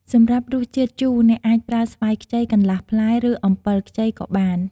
សម្រាប់រសជាតិជូរ អ្នកអាចប្រើស្វាយខ្ចីកន្លះផ្លែ ឬអំពិលខ្ចីក៏បាន។